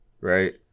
right